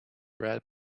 red